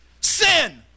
sin